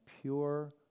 pure